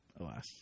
alas